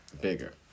bigger